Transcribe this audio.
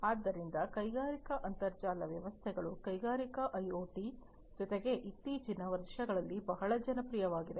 ಆದ್ದರಿಂದ ಕೈಗಾರಿಕಾ ಅಂತರ್ಜಾಲ ವ್ಯವಸ್ಥೆಗಳು ಕೈಗಾರಿಕಾ ಐಒಟಿ ಜೊತೆಗೆ ಇತ್ತೀಚಿನ ವರ್ಷಗಳಲ್ಲಿ ಬಹಳ ಜನಪ್ರಿಯವಾಗಿವೆ